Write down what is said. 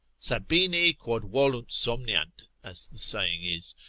sabini quod volunt somniant, as the saying is,